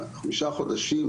חמישה חודשים